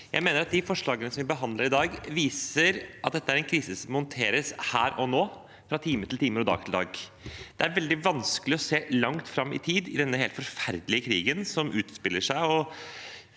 Jeg mener at de forslagene vi behandler i dag, viser at dette er en krise som må håndteres her og nå, fra time til time og dag til dag. Det er veldig vanskelig å se langt fram i tid i denne helt forferdelige krigen som utspiller seg.